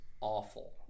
awful